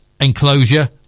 enclosure